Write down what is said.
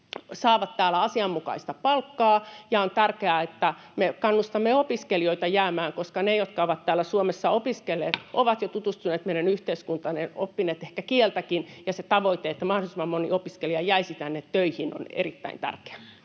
saavat täällä asianmukaista palkkaa, ja on tärkeää, että me kannustamme opiskelijoita jäämään, koska ne, jotka ovat täällä Suomessa opiskelleet, ovat jo tutustuneet meidän yhteiskuntaan ja oppineet ehkä kieltäkin, ja se tavoite, että mahdollisimman moni opiskelija jäisi tänne töihin, on erittäin tärkeä.